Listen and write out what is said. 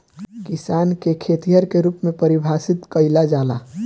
किसान के खेतिहर के रूप में परिभासित कईला जाला